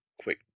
quick